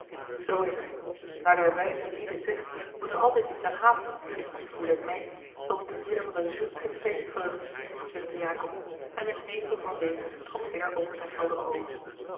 zoo is t naar der wijze lieden zeggen moet er altijd iets aan haperen en dat voele ik meê soms te midden van de zoetste feestvreugd verzuchtte jacob en de nevel van weemoed trok weêr over zijne heldere oogen